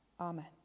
Amen